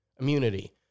immunity